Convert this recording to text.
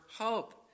hope